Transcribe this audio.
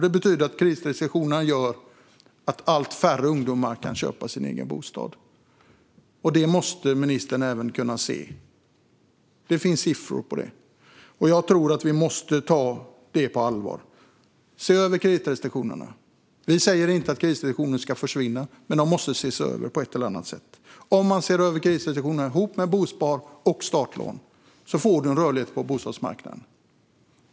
Det betyder att kreditrestriktionerna gör att allt färre ungdomar kan köpa sin egen bostad. Det måste även ministern kunna se. Det finns siffror på det. Jag tror att vi måste ta detta på allvar och se över kreditrestriktionerna. Vi säger inte att kreditrestriktionerna ska försvinna, men de måste ses över på ett eller annat sätt. Om man ser över kreditrestriktionerna tillsammans med bosparande och startlån blir det en rörlighet på bostadsmarknaden.